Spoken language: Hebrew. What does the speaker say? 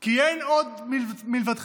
כי אין עוד מלבדך.